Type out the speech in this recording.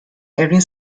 egin